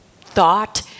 thought